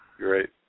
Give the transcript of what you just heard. Great